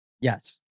yes